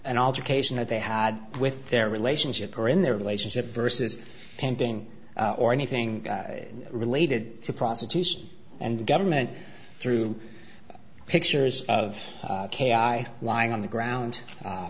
an altercation that they had with their relationship or in their relationship versus painting or anything related to prostitution and the government through pictures of lying on the ground